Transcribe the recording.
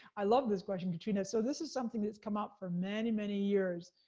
i love this question, katrina. so this is something that's come up for many, many years.